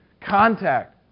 contact